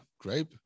grape